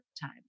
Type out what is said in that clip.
time